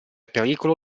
pericolo